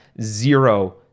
zero